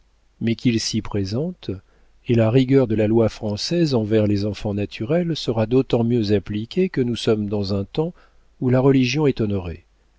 mais qu'il s'y présente et la rigueur de la loi française envers les enfants naturels sera d'autant mieux appliquée que nous sommes dans un temps où la religion est honorée